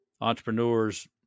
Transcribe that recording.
entrepreneurs